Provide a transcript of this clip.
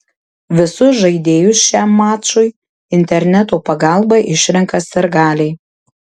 visus žaidėjus šiam mačui interneto pagalba išrenka sirgaliai